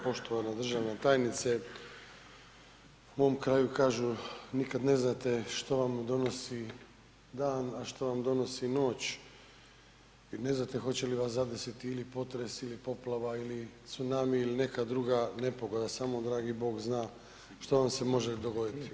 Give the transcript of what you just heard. Poštovana državna tajnice u mom kraju kažu nikad ne znate što vam donosi dan, a što vam donosi noć, vi ne znate hoće li vas zadesiti ili potres ili poplava ili cunami ili neka druga nepogoda, samo dragi bog zna što vam se može dogoditi.